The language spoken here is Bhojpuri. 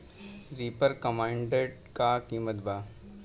रिपर कम्बाइंडर का किमत बा?